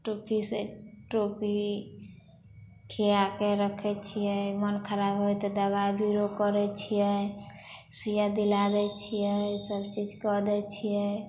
टोपी से ट्रोपी खिआ के रखै छियै मोन खराब होइ हइ तऽ दबाई बीरो करै छियै सूइया दिला दै छियै सब चीज कऽ दै छियै